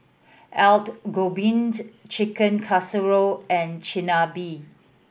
Gobi Chicken Casserole and Chigenabe